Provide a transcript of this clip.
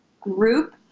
group